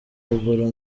haruguru